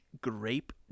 grape